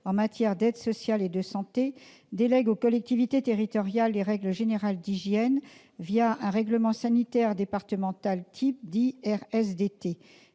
en matière d'aide sociale et de santé délègue aux collectivités territoriales les règles générales d'hygiène, un règlement sanitaire départemental type, dit RSDT,